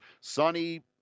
Sunny